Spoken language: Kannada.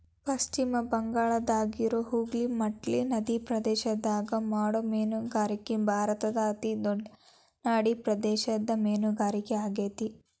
ಪಶ್ಚಿಮ ಬಂಗಾಳದಾಗಿರೋ ಹೂಗ್ಲಿ ಮಟ್ಲಾ ನದಿಪ್ರದೇಶದಾಗ ಮಾಡೋ ಮೇನುಗಾರಿಕೆ ಭಾರತದ ಅತಿ ದೊಡ್ಡ ನಡಿಪ್ರದೇಶದ ಮೇನುಗಾರಿಕೆ ಆಗೇತಿ